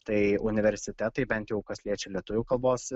tai universitetai bent jau kas liečia lietuvių kalbos